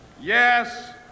yes